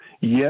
yes